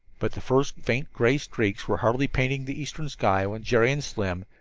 but the first faint gray streaks were hardly painting the eastern sky when jerry and slim,